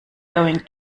going